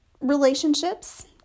relationships